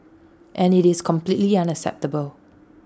and IT is completely unacceptable